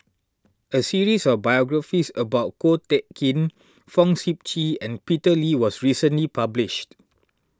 a series of biographies about Ko Teck Kin Fong Sip Chee and Peter Lee was recently published